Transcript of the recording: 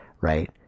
Right